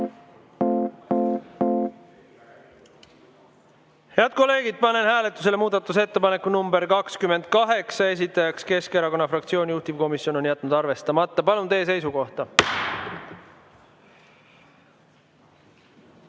Head kolleegid, panen hääletusele muudatusettepaneku nr 28, esitaja on [Eesti] Keskerakonna fraktsioon, juhtivkomisjon on jätnud arvestamata. Palun teie seisukohta!